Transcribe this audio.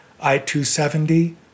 I-270